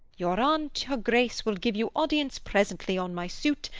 your aunt her grace will give you audience presently, on my suit,